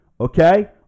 okay